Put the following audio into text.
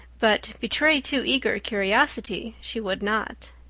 but betray too eager curiosity she would not.